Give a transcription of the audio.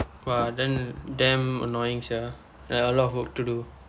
!wah! then damn annoying sia like a lot of work to do